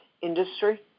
industry